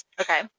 Okay